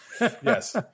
Yes